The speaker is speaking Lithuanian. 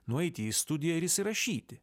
nueiti į studiją ir įsirašyti